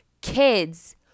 kids